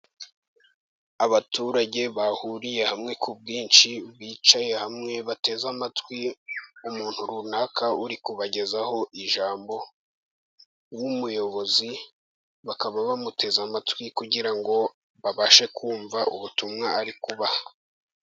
Abaturage bahuriye hamwe ku bwinshi, bicaye hamwe bateze amatwi umuntu runaka uri kubagezaho ijambo w'umuyobozi, bakaba bamuteze amatwi kugira ngo babashe kumva ubutumwa ari kubaha.